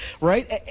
right